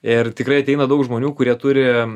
ir tikrai ateina daug žmonių kurie turi